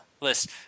list